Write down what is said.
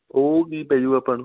ਉਹ ਕੀ ਪੈ ਜੂ ਆਪਾਂ ਨੂੰ